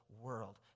world